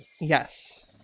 Yes